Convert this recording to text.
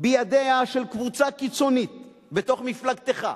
בידיה של קבוצה קיצונית בתוך מפלגתך,